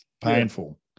painful